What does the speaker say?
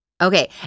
Okay